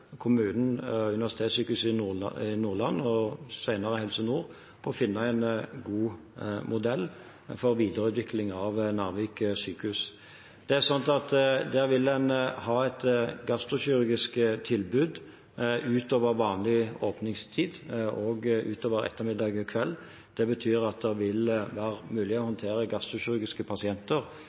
kommunen, Universitetssykehuset Nord-Norge og senere Helse Nord om å finne en god modell for videreutvikling av Narvik sykehus. Det er sånn at der vil en ha et gastrokirurgisk tilbud utover vanlig åpningstid og utover ettermiddag og kveld. Det betyr at det vil være mulig å håndtere gastrokirurgiske pasienter,